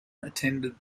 attended